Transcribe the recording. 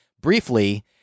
briefly